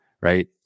right